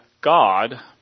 God